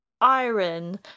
Iron